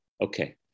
Okay